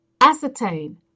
ascertain